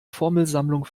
formelsammlung